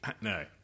No